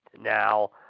now